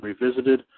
Revisited